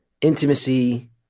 intimacy